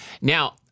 Now-